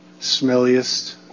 smelliest